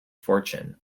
fortune